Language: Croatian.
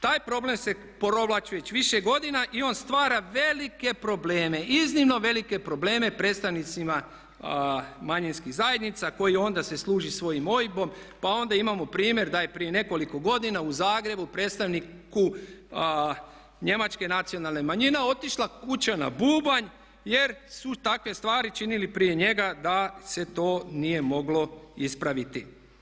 Taj problem se provlači već više godina i on stvara velike probleme, iznimno velike probleme predstavnicima manjinskih zajednica koji onda se služi svojim OIB-om, pa onda imamo primjer da je prije nekoliko godina u Zagrebu predstavniku njemačke nacionalne manjine otišla kuća na bubanj jer su takve stvari činili prije njega da se to nije moglo ispraviti.